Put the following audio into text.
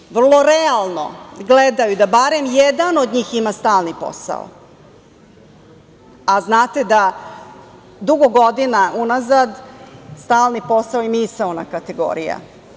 Zatim, vrlo realno gledaju da barem jedan od njih ima stalni posao, a znate da dugo godina unazad stalni posao je misaona kategorija.